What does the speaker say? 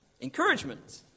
encouragement